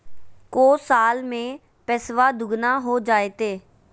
को साल में पैसबा दुगना हो जयते?